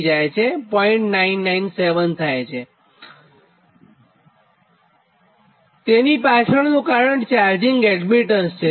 997 થાય છે જે બંને કિસ્સામાં સરખું છે અને તેની પાછળનું કારણ ચાર્જિંગ એડમીટન્સ છે